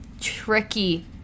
tricky